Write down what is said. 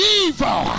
evil